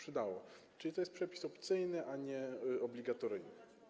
Czyli to jest przepis opcyjny, a nie obligatoryjny.